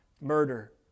murder